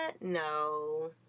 no